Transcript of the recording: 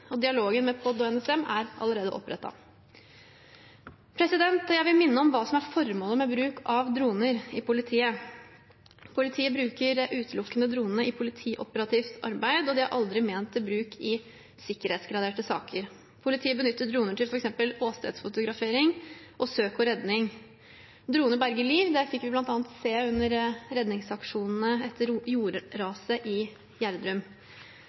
Dialogen med POD og NSM er allerede opprettet. Jeg vil minne om hva som er formålet med bruk av droner i politiet. Politiet bruker utelukkende dronene i politioperativt arbeid, og de er aldri ment til bruk i sikkerhetsgraderte saker. Politiet benytter droner til f.eks. åstedsfotografering og søk og redning. Droner berger liv. Det fikk vi bl.a. se under redningsaksjonene etter jordraset i Gjerdrum.